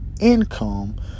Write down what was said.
income